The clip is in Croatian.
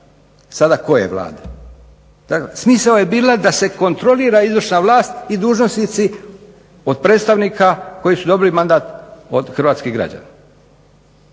sada koje Vlade. Dakle, smisao je bio da se kontrolira izvršna vlast i dužnosnici od predstavnika koji su dobili mandat od hrvatskih građana.